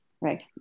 Right